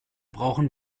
brauchen